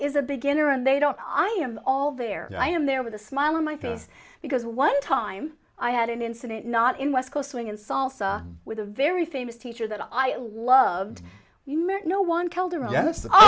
is a beginner and they don't i am all there i am there with a smile on my face because one time i had an incident not in west coast swing and salsa with a very famous teacher that i loved you know one